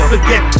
Forget